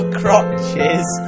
crotches